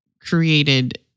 created